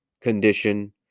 condition